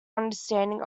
understanding